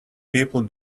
people